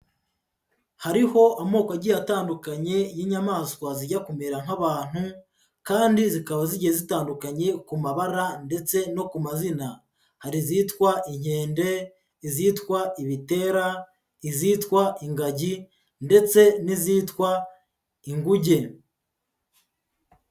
Hariho amoko agiye atandukanye y'inyamaswa zijya kumera nk'abantu kandi zikaba zigiye zitandukanye ku mabara ndetse no ku mazina, hari izitwa inkende, izitwa ibitera, izitwa ingagi ndetse n'izitwa inguge.